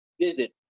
Visit